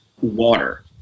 water